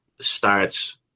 starts